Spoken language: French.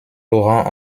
laurent